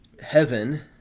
heaven